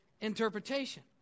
interpretation